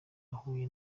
huye